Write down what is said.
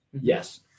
Yes